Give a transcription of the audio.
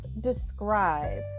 describe